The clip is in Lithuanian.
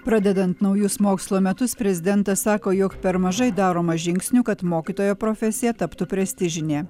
pradedant naujus mokslo metus prezidentas sako jog per mažai daroma žingsnių kad mokytojo profesija taptų prestižinė